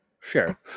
sure